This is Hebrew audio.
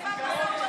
משא ומתן.